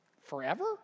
forever